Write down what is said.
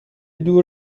دور